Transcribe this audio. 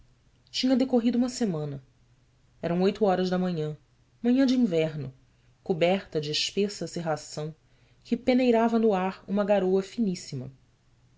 tinha decorrido uma semana eram oito horas da manhã manhã de inverno coberta de espessa cerração que peneirava no ar uma garoa finíssima